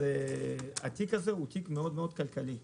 אז התיק הזה הוא מאוד כלכלי.